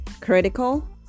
critical